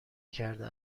کرده